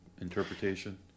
interpretation